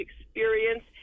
experience